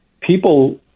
people